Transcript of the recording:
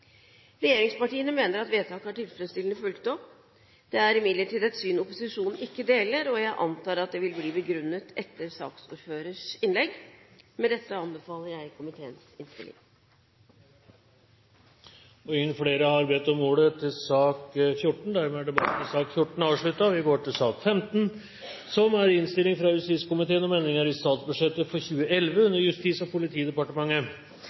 Regjeringspartiene mener at vedtaket er tilfredsstillende fulgt opp. Det er imidlertid et syn opposisjonen ikke deler, og jeg antar at det vil bli begrunnet etter saksordførerens innlegg. Med dette anbefaler jeg komiteens innstilling. Flere har ikke bedt om ordet til sak nr. 14. Denne type saker, om endringer i statsbudsjettet for